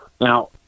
Now